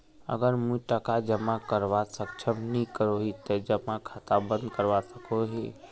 अगर मुई टका जमा करवात सक्षम नी करोही ते जमा खाता बंद करवा सकोहो ही?